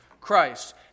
Christ